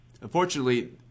unfortunately